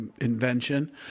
invention